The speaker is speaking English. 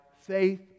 faith